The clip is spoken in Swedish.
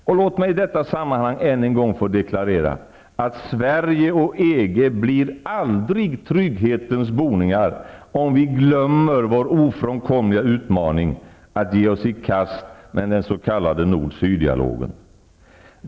Och låt mig i detta sammanhang än en gång deklarera att Sverige och EG aldrig blir trygghetens boningar, om vi glömmer vår ofrånkomliga utmaning att ge oss i kast med den s.k. nord--syddialogen.